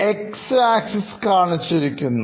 X axis കാണിച്ചിരിക്കുന്നു